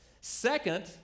Second